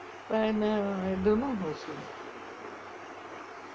and I dont know also